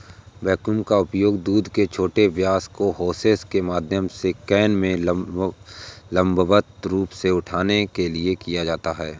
vacuum का उपयोग दूध को छोटे व्यास के होसेस के माध्यम से कैन में लंबवत रूप से उठाने के लिए किया जाता है